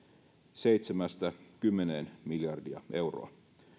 seitsemästä kymmeneen miljardia euroa